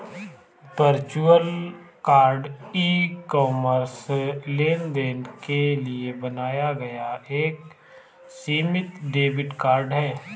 virtual card e commerce लेनदेन के लिए बनाया गया एक सीमित डेबिट कार्ड है